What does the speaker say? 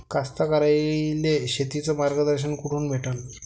कास्तकाराइले शेतीचं मार्गदर्शन कुठून भेटन?